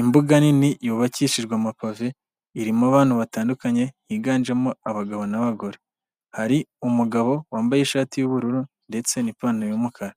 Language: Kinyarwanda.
Imbuga nini yubakishijwe amapave irimo abantu batandukanye higanjemo abagabo n'abagore, hari umugabo wambaye ishati y'ubururu ndetse n'ipantaro y'umukara,